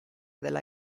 della